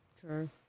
True